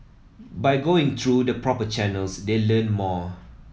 by going through the proper channels they learn more